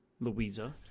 Louisa